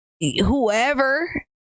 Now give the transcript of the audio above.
whoever